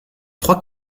trois